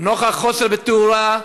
נוכח חוסר בתאורה,